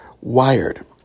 wired